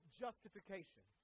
justification